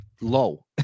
low